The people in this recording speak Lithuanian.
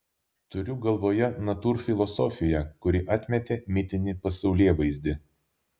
turiu galvoje natūrfilosofiją kuri atmetė mitinį pasaulėvaizdį